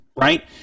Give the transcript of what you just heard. right